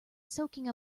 soaking